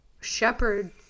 shepherd